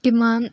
किंवा